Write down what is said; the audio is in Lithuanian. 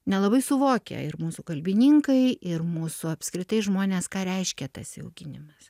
nelabai suvokia ir mūsų kalbininkai ir mūsų apskritai žmonės ką reiškia tas įauginimas